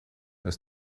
aus